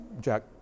Jack